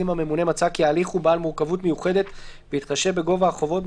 הממונה מצא כי ההליך הוא בעל מורכבות מיוחדת בהתחשב בגובה החובות,